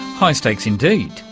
high stakes indeed.